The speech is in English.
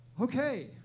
Okay